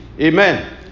Amen